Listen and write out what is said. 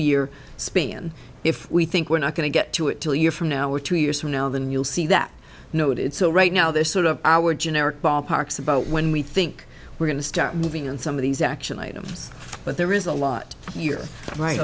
year span if we think we're not going to get to it to a year from now or two years from now than you'll see that noted so right now they're sort of our generic ballpark's about when we think we're going to start moving on some of these action items but there is a lot you're right